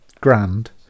grand